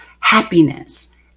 happiness